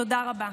תודה רבה.